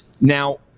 Now